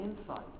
insight